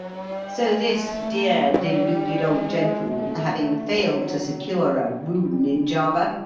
so this dear, deluded old gentleman, having failed to secure a rune in java,